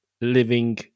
living